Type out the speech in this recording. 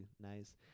nice